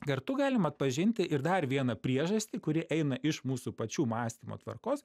kartu galim atpažinti ir dar vieną priežastį kuri eina iš mūsų pačių mąstymo tvarkos